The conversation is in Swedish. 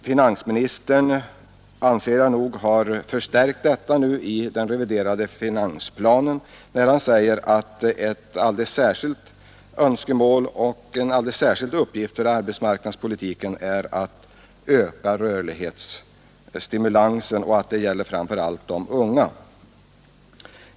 Jag anser att finansministerns uttalande i den reviderade finansplanen om att ett alldeles särskilt önskemål och en alldeles särskild uppgift för arbetsmarknadspolitiken är att öka rörlighetsstimulansen, framför allt för de unga, innebär en förstärkning av inrikesministerns ord.